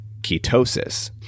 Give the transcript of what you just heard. ketosis